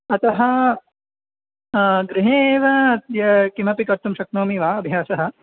अतः गृहे एव अद्य किमपि कर्तुं शक्नोमि वा अभ्यासः